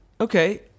okay